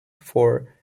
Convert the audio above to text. for